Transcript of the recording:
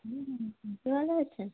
হুম আপনি ভালো আছেন